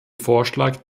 vorschlag